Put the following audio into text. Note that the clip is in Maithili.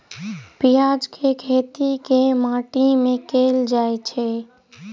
प्याज केँ खेती केँ माटि मे कैल जाएँ छैय?